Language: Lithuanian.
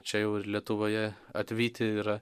čia jau ir lietuvoje atvyti yra